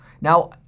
Now